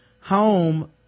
home